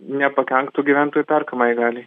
nepakenktų gyventojų perkamajai galiai